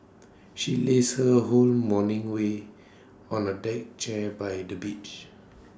she lazed her whole morning way on A deck chair by the beach